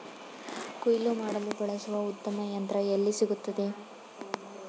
ಕುಯ್ಲು ಮಾಡಲು ಬಳಸಲು ಉತ್ತಮ ಯಂತ್ರ ಎಲ್ಲಿ ಸಿಗುತ್ತದೆ?